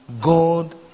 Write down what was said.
God